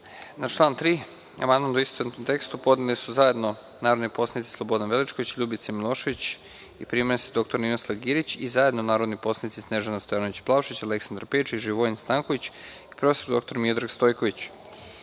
Na član 3. amandman u istovetnom tekstu podneli su zajedno narodni poslanici Slobodan Veličković, Ljubica Milošević i prim. dr Ninoslav Girić i zajedno narodni poslanici Snežana Stojanović Plavšić, Aleksandar Pejčić, Živojin Stanković i prof. dr Miodrag Stojković. Prvi